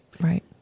right